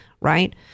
Right